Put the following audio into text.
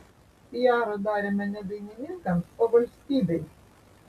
piarą darėme ne dainininkams o valstybei